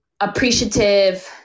appreciative